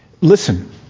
Listen